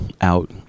out